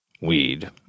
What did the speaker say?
weed